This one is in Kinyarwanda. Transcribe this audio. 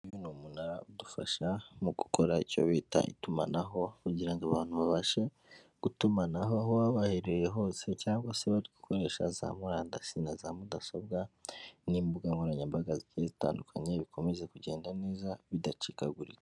Uyu ni umunara udufasha mu gukora icyo bita itumanaho ,kugira ngo abantu babashe gutumanaho aho baba bahereye hose cyangwa se bari gukoresha za murandasi na za mudasobwa, n'imbuga nkoranyambaga zitandukanye bikomeza kugenda neza bidacikagurika.